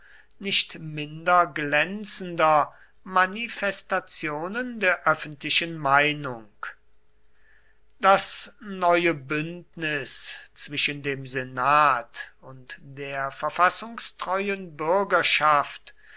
nicht minder glänzender manifestationen der öffentlichen meinung das neue bündnis zwischen dem senat und der verfassungstreuen bürgerschaft